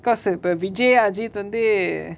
because uh இப்ப:ippa vijay ajith வந்து:vanthu